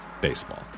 Baseball